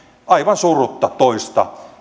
aivan surutta toista